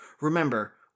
Remember